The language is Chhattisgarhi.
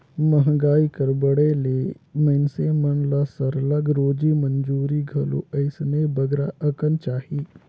मंहगाई कर बढ़े ले मइनसे मन ल सरलग रोजी मंजूरी घलो अइसने बगरा अकन चाही